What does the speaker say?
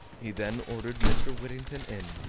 he then ordered mr. whittington in,